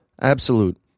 Absolute